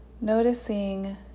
Noticing